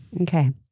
Okay